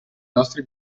nostri